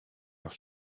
leur